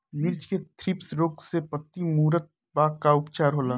मिर्च मे थ्रिप्स रोग से पत्ती मूरत बा का उपचार होला?